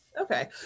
Okay